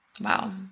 Wow